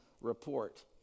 report